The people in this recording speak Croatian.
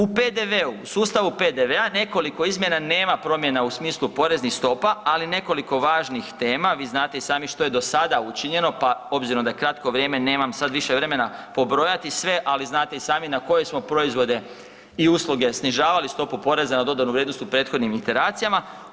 U PDV-u, u sustavu PDV-a nekoliko izmjena nema promjena u smislu poreznih stopa, ali nekoliko važnih tema, vi znate i sami što je do sada učinjeno, pa s obzirom da je kratko vrijeme, nemam sad više vremena pobrojati sve, ali znate i sami na koje smo proizvode i usluge snižavali stopu poreza na dodanu vrijednost u prethodnim iteracijama.